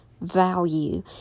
value